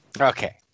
Okay